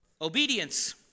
Obedience